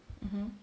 mmhmm